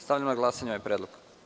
Stavljam na glasanje ovaj predlog.